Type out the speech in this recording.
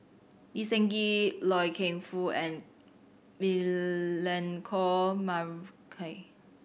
Lee Seng Gee Loy Keng Foo and Milenko Prvacki